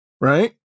right